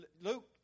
Luke